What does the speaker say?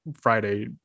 Friday